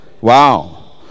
Wow